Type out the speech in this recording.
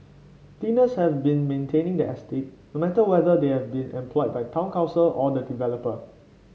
cleaners have been maintaining the estate no matter whether they were by the town council or the developer